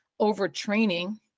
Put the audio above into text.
overtraining